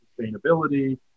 sustainability